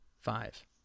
five